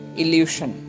illusion